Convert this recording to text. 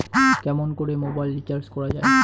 কেমন করে mobile recharge করা য়ায়?